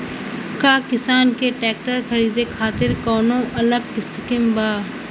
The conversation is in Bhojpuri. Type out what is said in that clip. का किसान के ट्रैक्टर खरीदे खातिर कौनो अलग स्किम बा?